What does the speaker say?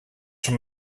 from